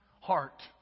heart